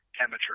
amateur